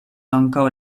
ankaŭ